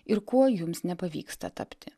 ir kuo jums nepavyksta tapti